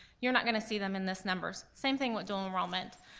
you're not gonna see them in this numbers. same thing with dual enrollment,